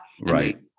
Right